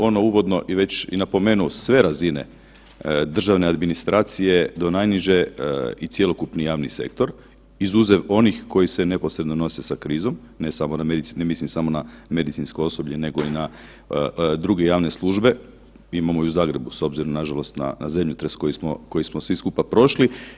Ja sam ono uvodno i već i napomenuo sve razine državne administracije do najniže i cjelokupni javni sektor izuzev onih koji se neposredno nose sa krizom, ne mislim samo na medicinsko osoblje nego i na druge javne službe, imamo i u Zagrebu s obzirom nažalost na zemljotres koji smo, koji smo svi skupa prošli.